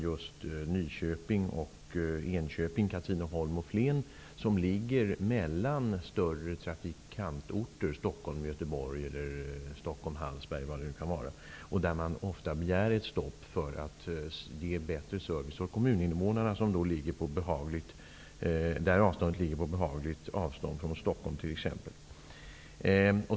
Jag ger som exempel i den enkla frågan Hallsberg. Där begär man ofta att tåget skall stanna för att ge bättre service åt invånarna i de kommuner som ligger på behagligt avstånd från t.ex.